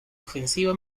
ofensiva